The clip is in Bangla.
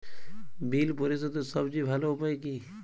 বিল পরিশোধের সবচেয়ে ভালো উপায় কী?